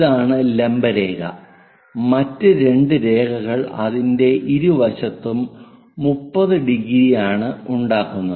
ഇതാണ് ലംബ രേഖ മറ്റ് രണ്ട് രേഖകൾ അതിന്റെ ഇരുവശത്തും 30 ഡിഗ്രിയാണ് ഉണ്ടാക്കുന്നത്